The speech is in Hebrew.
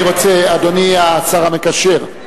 אדוני השר המקשר,